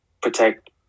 protect